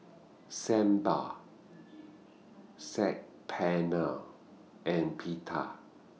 Sambar Saag Paneer and Pita